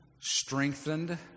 strengthened